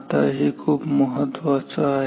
आता हे खूप महत्त्वाचं आहे